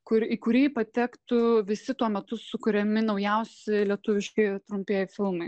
kur į kurį patektų visi tuo metu sukuriami naujausi lietuviški trumpieji filmai